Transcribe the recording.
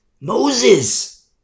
Moses